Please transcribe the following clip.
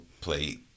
play